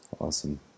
Awesome